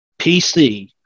PC